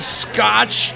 scotch